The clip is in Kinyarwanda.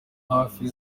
hafi